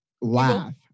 laugh